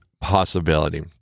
possibility